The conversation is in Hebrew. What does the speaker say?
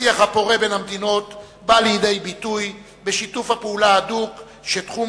השיח הפורה בין המדינות בא לידי ביטוי בשיתוף הפעולה ההדוק בתחום